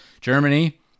Germany